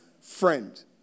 friend